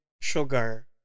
sugar